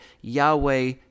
Yahweh